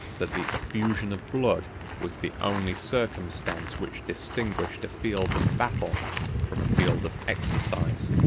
that the effusion of blood was the only circumstance which distinguished a field of battle from a field of exercise.